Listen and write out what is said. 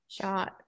Shot